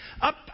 Up